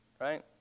right